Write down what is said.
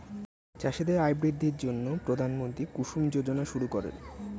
চাষীদের আয় বৃদ্ধির জন্য প্রধানমন্ত্রী কুসুম যোজনা শুরু করেন